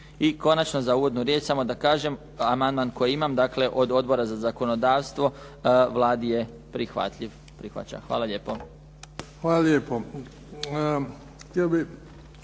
I konačno za uvodnu riječ samo da kažem amandman koji imam, dakle od Odbora za zakonodavstvo Vladi je prihvatljiv. Prihvaća. Hvala lijepo. **Bebić,